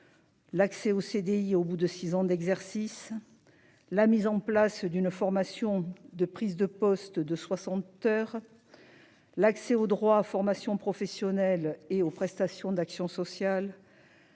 L'accès au CDI au bout de six ans d'exercice. La mise en place d'une formation de prise de poste de 60 heures. L'accès aux droits à formation professionnelle et aux prestations d'action sociale.--